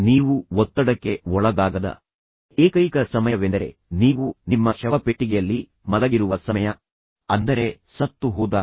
ನೀವು ಒತ್ತಡಕ್ಕೆ ಒಳಗಾಗದ ಏಕೈಕ ಸಮಯವೆಂದರೆ ನೀವು ನಿಮ್ಮ ಶವಪೆಟ್ಟಿಗೆಯಲ್ಲಿ ಮಲಗಿರುವ ಸಮಯ ಅಂದರೆ ಸತ್ತು ಹೋದಾಗ